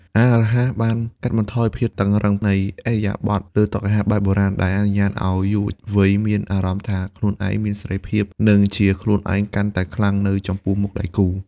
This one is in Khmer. អាហាររហ័សបានកាត់បន្ថយភាពតឹងរ៉ឹងនៃឥរិយាបថលើតុអាហារបែបបុរាណ ដែលអនុញ្ញាតឱ្យយុវវ័យមានអារម្មណ៍ថាខ្លួនឯងមានសេរីភាព និងជាខ្លួនឯងកាន់តែខ្លាំងនៅចំពោះមុខដៃគូ។